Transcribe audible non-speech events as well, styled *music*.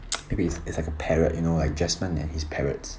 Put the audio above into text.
*noise* if is it's like a parrot you know jasmond and his parrots